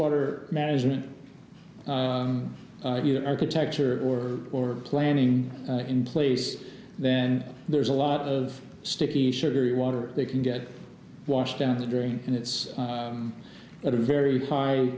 water management architecture or or planning in place then there's a lot of sticky sugary water they can get washed down the drain and it's at a very high